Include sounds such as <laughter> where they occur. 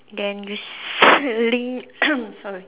then you <noise> <coughs> sorry